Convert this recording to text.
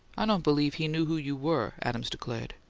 i don't believe he knew who you were, adams declared.